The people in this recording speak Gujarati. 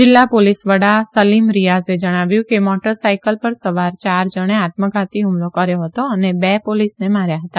જીલ્લા પોલીસ વડા સલીમ રીયાઝે જણાવ્યું કે મોટર સાયકલ સવાર ચાર જણે આત્મધાતી હુમલો કર્યો હતો અને બે પોલીસને માર્યા હતા